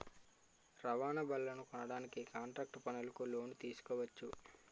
రవాణా బళ్లనుకొనడానికి కాంట్రాక్టు పనులకు లోను తీసుకోవచ్చు